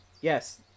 Yes